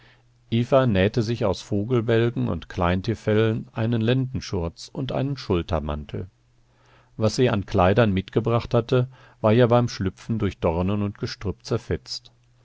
nähte sich aus vogelbälgen und kleintierfellen einen lendenschurz und einen schultermantel was sie an kleidern mitgebracht hatte war ja beim schlüpfen durch dornen und gestrüpp zerfetzt